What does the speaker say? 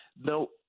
no